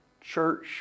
church